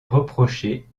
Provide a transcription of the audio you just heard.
reprocher